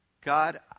God